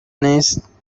نیست